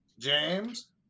james